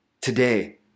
Today